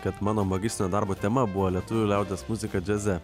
kad mano magistro darbo tema buvo lietuvių liaudies muzika džiaze